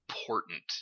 important